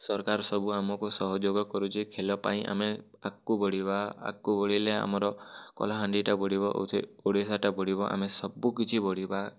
ସରକାର ସବୁ ଆମକୁ ସହଯୋଗ କରୁ ଯେ ଖେଳପାଇଁ ଆମେ ଆଗକୁ ବଢ଼ିବା ଆଗକୁ ବଢ଼ିଲେ ଆମର କଲାହାଣ୍ଡିଟା ବଢ଼ିବ ଓଡ଼ିଶାଟା ବଢ଼ିବ ଆମେ ସବୁକିଛି ବଢ଼ିବା